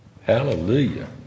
Hallelujah